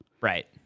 Right